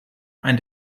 ein